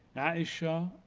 a'isha,